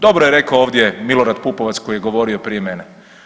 Dobro je rekao ovdje Milorad Pupovac koji je govorio prije mene.